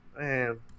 man